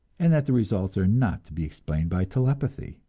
and that the results are not to be explained by telepathy.